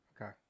Okay